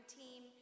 team